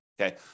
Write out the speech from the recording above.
Okay